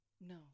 no